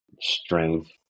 strength